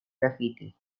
graffiti